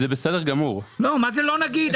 מה זה לא נגיד?